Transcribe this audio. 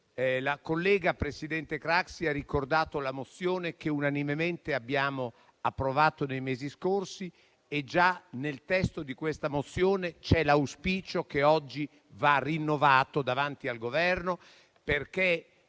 La collega presidente Craxi ha ricordato la mozione che unanimemente abbiamo approvato nei mesi scorsi. Già nel testo di quell'atto c'è l'auspicio che oggi va rinnovato davanti al Governo.